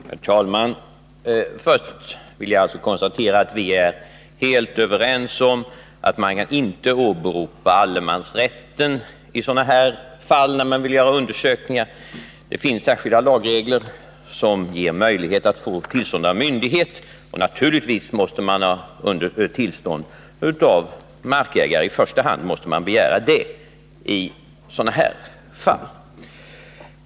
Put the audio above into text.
Herr talman! Först vill jag konstatera att vi är helt överens om att man inte kan åberopa allemansrätten i sådana här fall, när man vill göra undersökningar. Det finns särskilda lagregler enligt vilka man kan få tillstånd av myndighet. Naturligtvis måste man i sådana här fall i första hand begära tillstånd av markägaren.